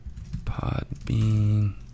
Podbean